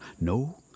No